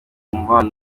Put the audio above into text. umubano